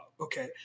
okay